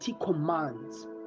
commands